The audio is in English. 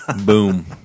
Boom